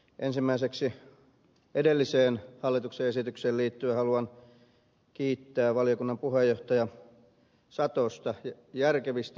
ensimmäiseksi edelliseen hallituksen esitykseen liittyen haluan kiittää valiokunnan puheenjohtajaa satosta järkevistä mielipiteistä